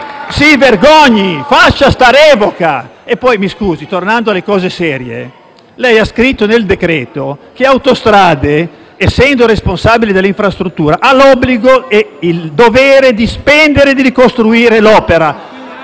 tunnel! BIASOTTI *(FI-BP)*. E poi mi scusi, tornando alle cose serie, lei ha scritto nel decreto che la Società autostrade, essendo responsabile dell'infrastruttura, ha l'obbligo e il dovere di spendere e di ricostruire l'opera.